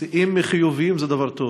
שיאים חיוביים זה דבר טוב.